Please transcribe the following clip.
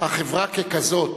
החברה ככזאת,